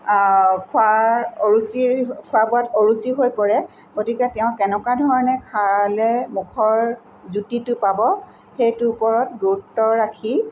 খোৱাৰ অৰুচি খোৱা বোৱাত অৰুচি হৈ পৰে গতিকে তেওঁ কেনেকুৱা ধৰণে খালে মুখৰ জুতিটো পাব সেইটোৰ ওপৰত গুৰুত্ব ৰাখি